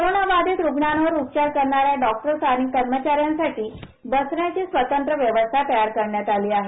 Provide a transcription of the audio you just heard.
corona बाधित रुग्णांवर उपचार करणाऱ्या डॉक्टर्स आणि कर्मचाऱ्यांसाठी बसण्याची स्वतंत्र व्यवस्था तयार करण्यात आली आहे